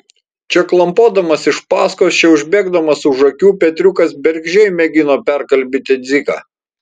čia klampodamas iš paskos čia užbėgdamas už akių petriukas bergždžiai mėgino perkalbėti dziką